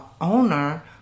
owner